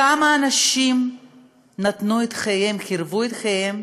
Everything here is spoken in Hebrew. כמה אנשים נתנו את חייהם, הקריבו את חייהם,